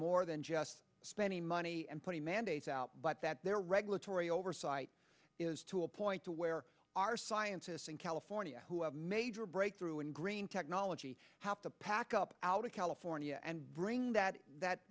more than just spending money and putting mandates out but that their regulatory oversight is to a point to where our scientists in california who have a major breakthrough in green technology have to pack up out of california and bring that that